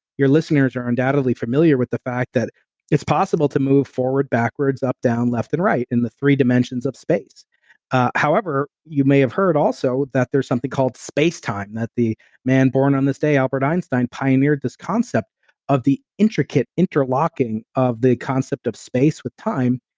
your listeners are undoubtedly familiar with the fact that it's possible to move forward, backwards, up, down, left and right in the three dimensions of space however, you may have heard also that there's something called space time that the man born on this day, albert einstein, pioneered this concept of the intricate interlocking of the concept of space with time.